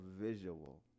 visual